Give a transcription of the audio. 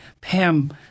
Pam